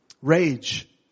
Rage